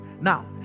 now